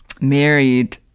married